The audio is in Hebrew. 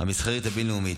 המסחרית הבין-לאומית,